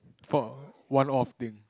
for one off thing